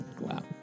Wow